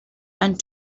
and